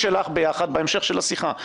ברור.